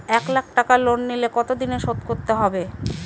এক লাখ টাকা লোন নিলে কতদিনে শোধ করতে হবে?